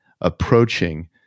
approaching